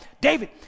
David